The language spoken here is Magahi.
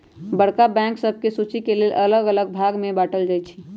बड़का बैंक सभके सुचि के लेल अल्लग अल्लग भाग में बाटल जाइ छइ